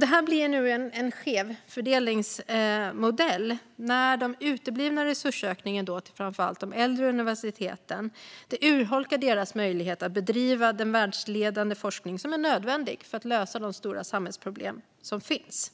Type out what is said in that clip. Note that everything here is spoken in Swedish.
Det blir nu en skev fördelning när den uteblivna resursökningen till framför allt de äldre universiteten urholkar deras möjlighet att bedriva den världsledande forskning som är nödvändig för att lösa de stora samhällsproblem som finns.